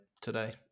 today